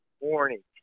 warning